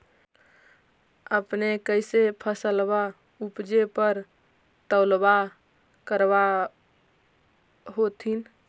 अपने कैसे फसलबा उपजे पर तौलबा करबा होत्थिन?